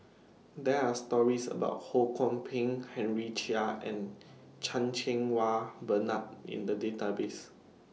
There Are stories about Ho Kwon Ping Henry Chia and Chan Cheng Wah Bernard in The Database